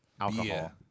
Alcohol